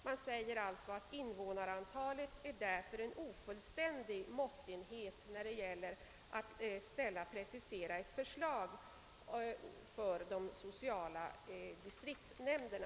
Man säger att invånarantalet är en alltför ofullständig måttenhet när det gäller att ställa upp preciserade förslag om sociala distriktsnämnder.